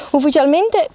Ufficialmente